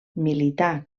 milità